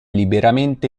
liberamente